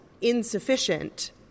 insufficient